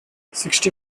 sixty